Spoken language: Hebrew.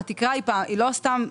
התקרה היא לא סתם,